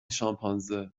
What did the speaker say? شامپانزه